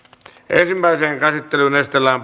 ensimmäiseen käsittelyyn esitellään